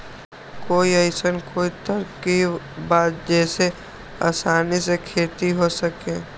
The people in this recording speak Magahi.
कोई अइसन कोई तरकीब बा जेसे आसानी से खेती हो सके?